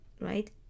right